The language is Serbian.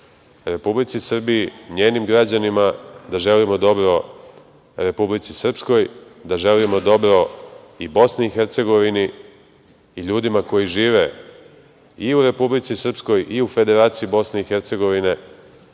Republici Srbiji, njenim građanima, da želimo dobro Republici Srpskoj, da želimo dobro i BiH i ljudima koji žive i u Republici Srpskoj, i u Federaciji BiH.Danas